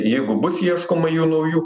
jeigu bus ieškoma jų naujų